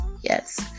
Yes